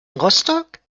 rostock